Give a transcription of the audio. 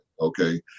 Okay